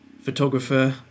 photographer